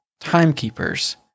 timekeepers